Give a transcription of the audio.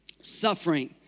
Suffering